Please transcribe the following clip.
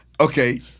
Okay